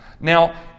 Now